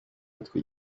yitwa